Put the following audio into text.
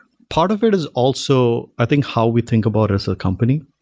part of it is also i think how we think about as a company,